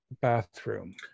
bathroom